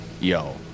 Yo